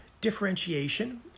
differentiation